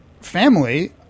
family